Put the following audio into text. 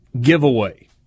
giveaway